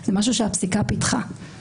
זה משהו שהפסיקה פיתחה.